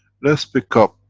let's pick up